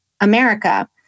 America